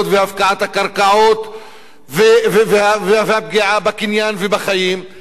והפקעת הקרקעות והפגיעה בקניין ובחיים,